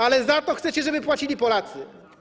Ale za to chcecie, żeby płacili Polacy.